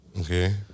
Okay